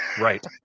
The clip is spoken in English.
Right